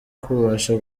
kubasha